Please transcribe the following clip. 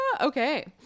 Okay